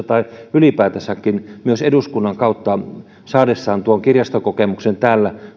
tai ylipäätänsäkin eduskunnan kautta saavat tuon kirjastokokemuksen ja